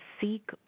seek